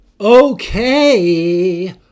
okay